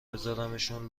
بزارمشون